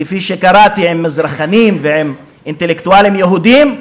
כפי שקראתי, עם מזרחנים ועם אינטלקטואלים יהודים,